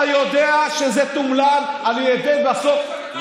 אתה יודע שזה תומלל על ידֵי בסוף,